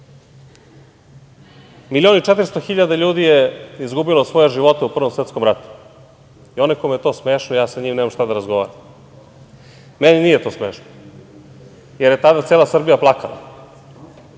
Milion i 400 hiljada ljudi je izgubilo svoje živote u Prvom svetskom ratu i onaj kome je to smešno ja sa njim nemam šta da razgovaram. Meni nije to smešno, jer je tada cela Srbija plakala. Kada